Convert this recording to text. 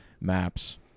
maps